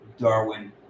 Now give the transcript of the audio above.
Darwin